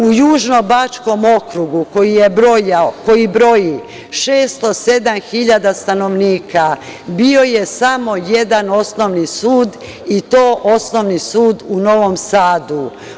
U Južnobačkom okrugu koji broji 607.000 stanovnika bio je samo jedan osnovi sud i to osnovni sud u Novom Sadu.